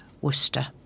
Worcester